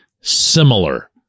similar